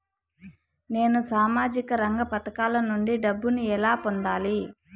నేను సామాజిక రంగ పథకాల నుండి డబ్బుని ఎలా పొందాలి?